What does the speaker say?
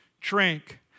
drink